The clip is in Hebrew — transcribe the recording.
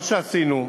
מה שעשינו,